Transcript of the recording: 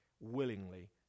willingly